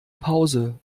pause